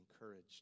encouraged